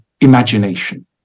imagination